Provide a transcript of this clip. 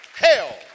Hell